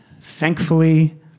thankfully